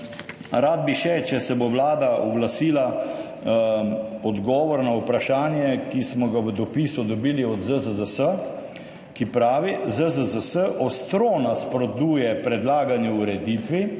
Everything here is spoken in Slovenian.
rad bi še, če se bo Vlada oglasila, odgovor na vprašanje, ki smo ga v dopisu dobili od ZZZS, ki pravi: »ZZZS ostro nasprotuje predlagani ureditvi,